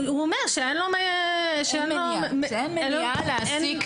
הוא אומר שאין מניעה להעסיק.